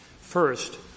First